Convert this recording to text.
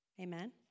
Amen